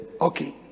Okay